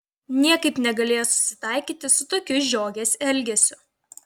niekaip negalėjo susitaikyti su tokiu žiogės elgesiu